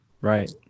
Right